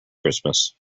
christmas